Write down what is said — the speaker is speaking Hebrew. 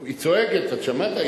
היא צועקת, אתה שמעת?